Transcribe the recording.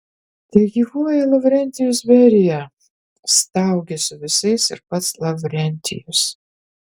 tegyvuoja lavrentijus berija staugė su visais ir pats lavrentijus